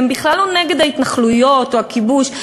הם בכלל לא נגד ההתנחלויות או הכיבוש,